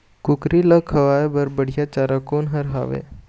कुकरी ला खवाए बर बढीया चारा कोन हर हावे?